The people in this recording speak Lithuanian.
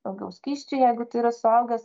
daugiau skysčių jeigu tai yra suaugęs